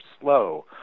slow